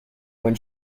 when